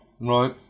Right